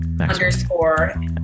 Underscore